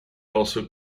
also